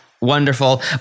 wonderful